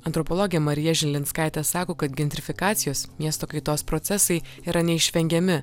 antropologė marija žilinskaitė sako kad gentrifikacijos miesto kaitos procesai yra neišvengiami